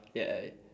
ya